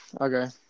okay